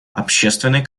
общественный